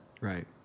right